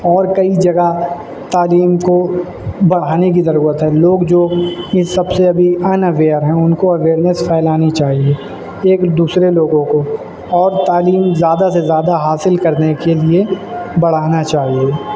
اور کئی جگہ تعلیم کو بڑھانے کی ضرورت ہے لوگ جو ان سب سے ابھی ان اویئر ہیں ان کو اویئرنیس پھیلانی چاہیے ایک دوسرے لوگوں کو اور تعلیم زیادہ سے زیادہ حاصل کرنے کے لیے بڑھانا چاہیے